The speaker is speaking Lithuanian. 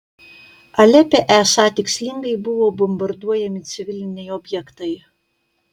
alepe esą tikslingai buvo bombarduojami civiliniai objektai